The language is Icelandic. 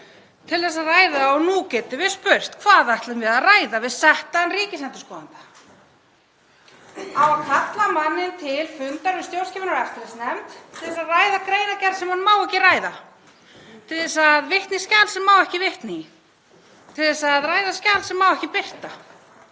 til að ræða — og nú getum við spurt: Hvað ætlum við að ræða við settan ríkisendurskoðanda? Á að kalla manninn til fundar við stjórnskipunar- og eftirlitsnefnd til að ræða greinargerð sem hann má ekki ræða? Til að vitna í skjal sem má ekki vitna í? Til að ræða skjal sem má ekki birta?